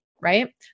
right